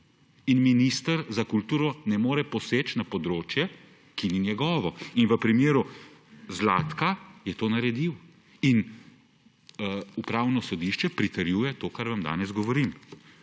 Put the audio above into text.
Minister za kulturo ne more poseči na področje, ki ni njegovo. V primeru Zlatka je to naredil. Upravno sodišče pritrjuje temu, kar vam danes govorim.